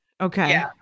Okay